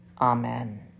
Amen